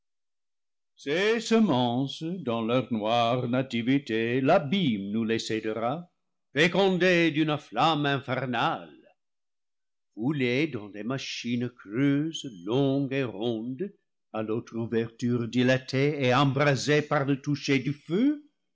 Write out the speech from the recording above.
ces semences dans leur noire nativité l'abîme nous les cédera fécondées d'une flamme infernale foulées dans des machines creuses longues et rondes à l'autre ouverture dila tées et embrasées par le loucher du feu